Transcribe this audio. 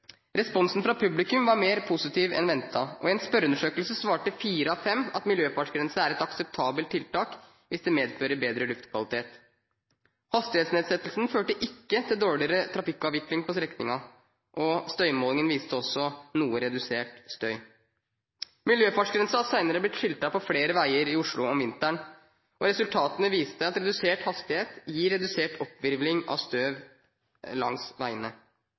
Responsen fra publikum var mer positiv enn ventet, og i en spørreundersøkelse svarte fire av fem at miljøfartsgrense er et akseptabelt tiltak hvis det medfører bedre luftkvalitet. Hastighetsnedsettelsen førte ikke til dårligere trafikkavvikling på strekningen. Støymålingene viste også noe redusert støy. Det er senere blitt skiltet med miljøfartsgrense på flere veier i Oslo om vinteren, og resultatene viste at redusert hastighet gir redusert oppvirvling av støv langs veiene.